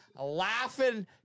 laughing